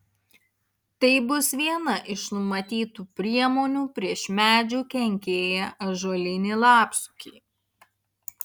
tai bus viena iš numatytų priemonių prieš medžių kenkėją ąžuolinį lapsukį